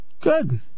Good